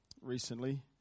recently